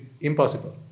impossible